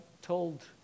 told